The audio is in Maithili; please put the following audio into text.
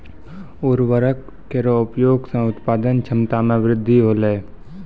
उर्वरक केरो प्रयोग सें उत्पादन क्षमता मे वृद्धि होलय